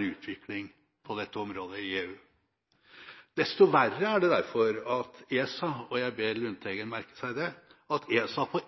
utvikling på dette området i EU. Desto verre er det derfor at ESA – og jeg ber Lundteigen merke seg det – på